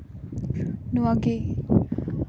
ᱱᱚᱣᱟᱜᱮ